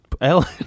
Ellen